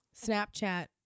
Snapchat